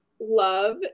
Love